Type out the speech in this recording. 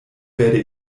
werde